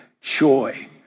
Joy